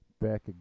Back